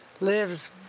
lives